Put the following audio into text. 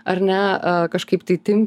ar ne a kažkaip tai tim